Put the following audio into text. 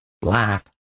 black